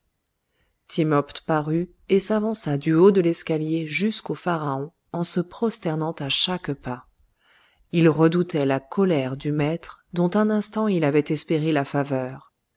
timopht parut et s'avança du haut de l'escalier jusqu'au pharaon en se prosternant à chaque pas il redoutait la colère du maître dont un instant il avait espéré la faveur